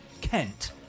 Kent